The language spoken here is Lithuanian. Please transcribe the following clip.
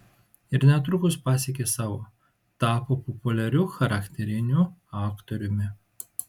ir netrukus pasiekė savo tapo populiariu charakteriniu aktoriumi